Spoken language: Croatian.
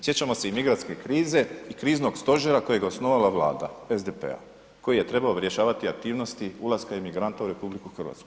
Sjećamo se i migrantske krize i Kriznog stožera kojega je osnovala Vlada SDP-a koji je trebao rješavati aktivnosti ulaska imigranata u RH.